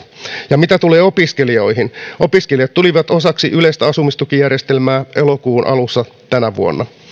ja mitä tulee opiskelijoihin niin opiskelijat tulivat osaksi yleistä asumistukijärjestelmää elokuun alussa tänä vuonna